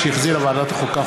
שהחזירה ועדת החוקה,